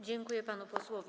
Dziękuję panu posłowi.